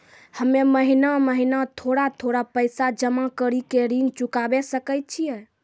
हम्मे महीना महीना थोड़ा थोड़ा पैसा जमा कड़ी के ऋण चुकाबै सकय छियै?